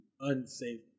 unsafe